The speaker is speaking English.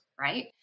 right